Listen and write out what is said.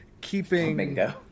keeping